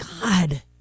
God